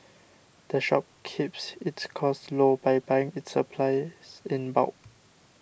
the shop keeps its costs low by buying its supplies in bulk